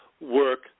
work